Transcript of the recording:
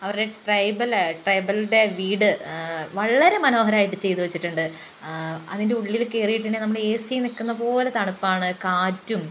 അവര് ട്രൈബലാ ട്രൈബലിൻ്റെ വീട് വളരെ മനോഹരമായിട്ട് ചെയ്ത് വെച്ചിട്ടുണ്ട് അതിൻ്റെ ഉള്ളില് കേറീട്ടുണ്ടെങ്കി നമ്മള് എസി നിക്കുപോലെ തണുപ്പാണ് കാറ്റും